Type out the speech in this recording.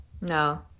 No